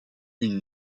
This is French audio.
une